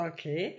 Okay